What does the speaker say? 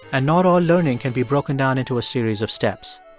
and not all learning can be broken down into a series of steps.